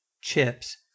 chips